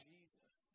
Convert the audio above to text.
Jesus